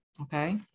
okay